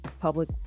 public